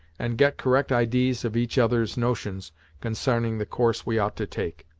and get correct idees of each other's notions consarning the course we ought to take.